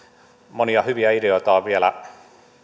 monia hyviä ideoita on vielä